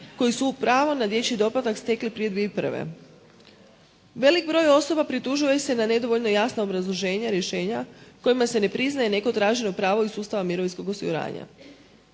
koji su pravo na dječji doplatak stekli prije 2001. Velik broj osoba pritužuje se na nedovoljna i jasna obrazloženja i rješenja kojima se ne priznaje neko traženo pravo iz sustava mirovinskog osiguranja.